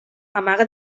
amaga